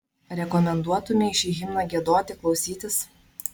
rekomenduotumei šį himną giedoti klausytis